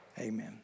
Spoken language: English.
Amen